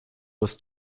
was